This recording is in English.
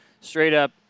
straight-up